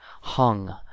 hung